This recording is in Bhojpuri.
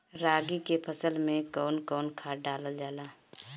रागी के फसल मे कउन कउन खाद डालल जाला?